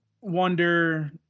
wonder